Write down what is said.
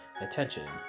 attention